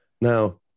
Now